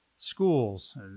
Schools